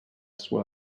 sua